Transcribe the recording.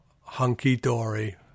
hunky-dory